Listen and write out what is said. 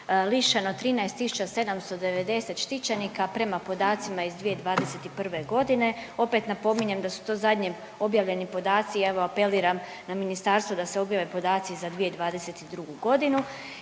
lišeno 13 790 štićenika prema podacima iz 2021. godine, opet napominjem da su to zadnje objavljeni podaci i evo apeliram na ministarstvo da se objave podaci za 2022. godinu